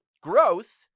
Growth